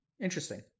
Interesting